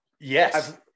Yes